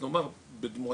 במקרה כזה,